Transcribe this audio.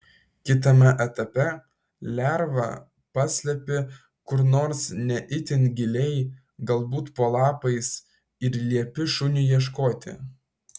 kitame etape lervą paslepi kur nors ne itin giliai galbūt po lapais ir liepi šuniui ieškoti